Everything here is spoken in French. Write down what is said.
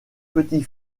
petit